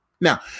Now